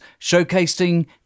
showcasing